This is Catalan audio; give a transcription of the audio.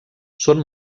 són